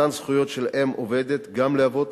מתן זכויות של אם עובדת גם לאבות